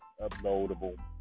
uploadable